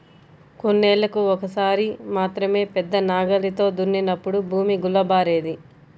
కొన్నేళ్ళకు ఒక్కసారి మాత్రమే పెద్ద నాగలితో దున్నినప్పుడు భూమి గుల్లబారేది